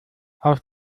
auf